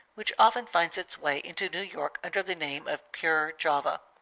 which often finds its way into new york under the name of pure java.